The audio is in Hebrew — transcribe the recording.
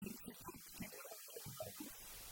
עם ציטוט כביכול של דברי עמוס